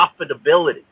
profitability